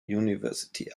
university